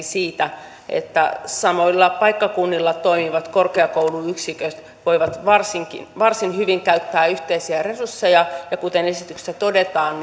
siitä että samoilla paikkakunnilla toimivat korkeakouluyksiköt voivat varsin hyvin käyttää yhteisiä resursseja ja kuten esityksessä todetaan